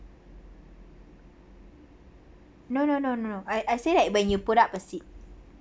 no no no no no I I say that when you put up a seat